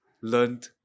learned